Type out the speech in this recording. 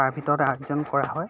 তাৰ ভিতৰতে আয়োজন কৰা হয়